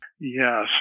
Yes